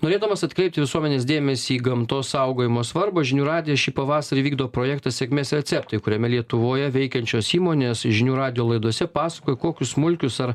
norėdamas atkreipti visuomenės dėmesį į gamtos saugojimo svarbą žinių radijas šį pavasarį vykdo projektą sėkmės receptai kuriame lietuvoje veikiančios įmonės žinių radijo laidose pasakoja kokius smulkius ar